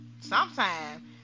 sometime